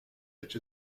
such